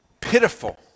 pitiful